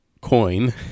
coin